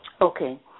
Okay